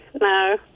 no